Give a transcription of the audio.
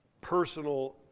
personal